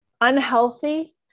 unhealthy